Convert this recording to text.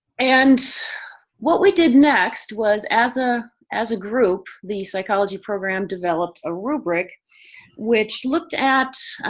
and what we did next was as ah as a group, the psychology program developed a rubric which looked at,